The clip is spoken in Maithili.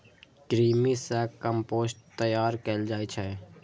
कृमि सं कंपोस्ट तैयार कैल जाइ छै